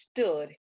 stood